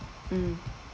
mm